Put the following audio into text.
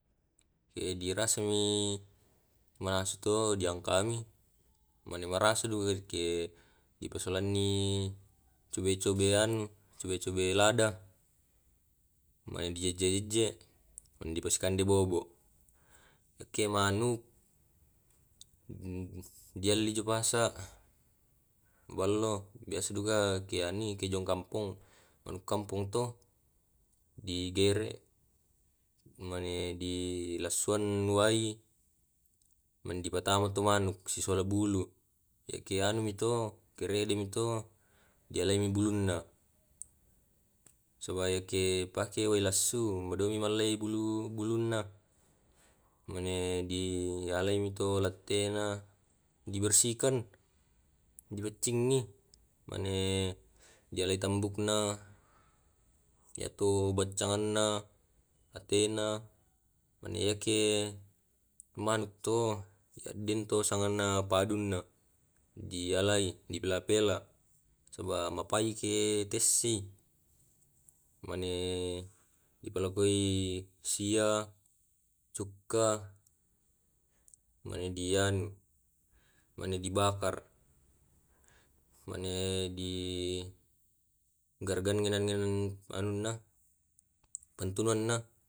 Edi rasami manasu to diangka mi, manimarasai du ke dipasolani cobe cobe anu cobe cobe lada. mae dieje eje. Nadipasikande bobo ke manuk dialli ju pasa ballo biasa duka ke ani ke jong kampong manuk kampong to digere mane dinasuang wai man di patama to manuk si swala bulu. Yake anu mi to kiredeni to dialemi buluna. Supaya ke pake waela su wadomi male bulu buluna mane dialaini to lattena dibersihakan, dipaccingi, mane dialai tambukna, yato baccanganna, atena mane yake manuk to ya dento sangana ampaduna. dialai di pela pela nasaba mapaike tessi. mane dipalakoi sia, cuka mane di anu mane di bakar mane di.